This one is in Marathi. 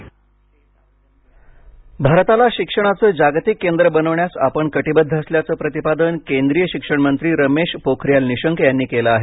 रमेश पोखरीयाल निशंक भारताला शिक्षणाचे जागतिक केंद्र बनवण्यास आपण कटिबद्ध असल्याच प्रतिपादन केंद्रीय शिक्षण मंत्री रमेश पोखरियाल निशंक यांनी केलं आहे